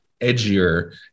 edgier